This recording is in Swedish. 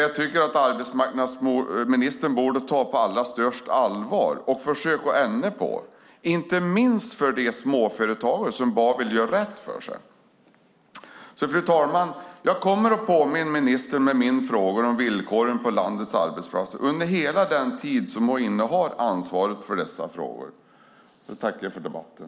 Jag tycker att arbetsmarknadsministern borde ta det här på allra största allvar och försöka ändra på det, inte minst för de småföretagare som bara vill göra rätt för sig. Fru talman! Jag kommer att påminna ministern med mina frågor om villkoren på landets arbetsplatser under hela den tid som hon har ansvaret för dessa frågor. Jag tackar för debatten.